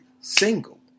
single